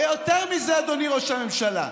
ויותר מזה, אדוני ראש הממשלה,